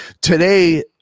Today